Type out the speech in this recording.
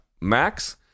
Max